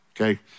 Okay